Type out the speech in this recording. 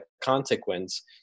consequence